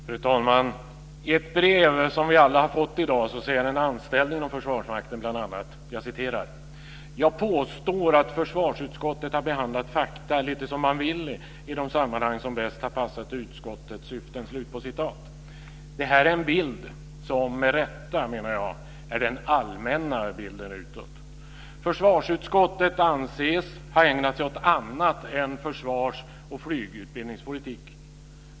Fru talman! I ett brev som vi alla har fått i dag säger en anställd inom Försvarsmakten: Jag påstår att försvarsutskottet har behandlat fakta lite som man vill, i de sammanhang som bäst har passat utskottets syften. Det här är en bild som - med rätta, menar jag - är den allmänna bilden utåt. Försvarsutskottet anses ha ägnat sig åt annat än försvars och flygutbildningspolitik.